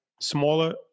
smaller